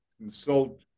consult